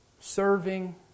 serving